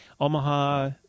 Omaha